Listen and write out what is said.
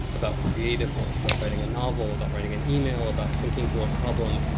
about creative work, about writing a novel, about writing an email, about thinking through a problem,